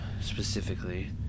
specifically